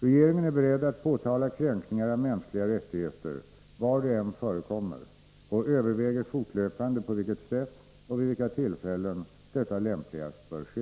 Regeringen är beredd att påtala kränkningar av mänskliga rättigheter var de än förekommer och överväger fortlöpande på vilket sätt och vid vilka tillfällen detta lämpligast bör ske.